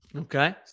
Okay